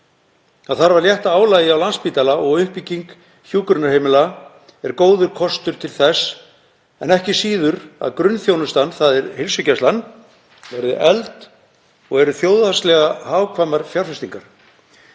Það þarf að létta álagi af Landspítala og uppbygging hjúkrunarheimila er góður kostur til þess en ekki síður að grunnþjónustan, heilsugæslan, verði efld. Það eru þjóðhagslega hagkvæmar fjárfestingar.